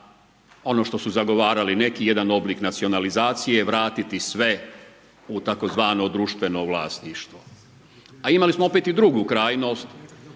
ono što su zagovarali neki, jedni oblik nacionalizacije vratiti sve u tzv. društveno vlasništvo. A imali smo opet i drugu krajnost